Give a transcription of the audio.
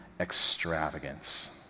extravagance